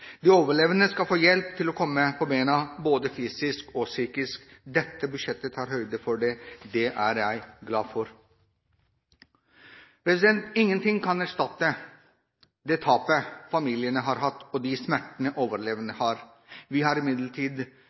De overlevende skal få hjelp til å komme på bena, både fysisk og psykisk. Dette budsjettet tar høyde for det. Det er jeg glad for. Ingenting kan erstatte det tapet familiene har hatt, og de smertene overlevende har. Vi skal imidlertid